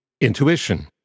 intuition